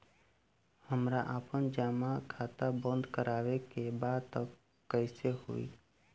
हमरा आपन जमा खाता बंद करवावे के बा त कैसे होई?